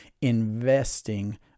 investing